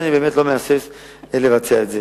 לכן, אני לא מהסס לבצע את זה.